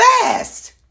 fast